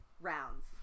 rounds